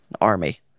army